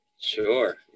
Sure